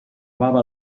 baba